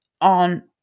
on